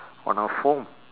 on a foam